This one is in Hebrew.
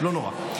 לא נורא.